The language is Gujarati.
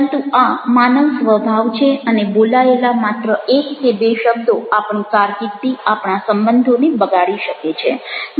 પરંતુ આ માનવ સ્વભાવ છે અને બોલાયેલા માત્ર એક કે બે શબ્દો આપણી કારકીર્દિ આપણા સંબંધોને બગાડી શકે છે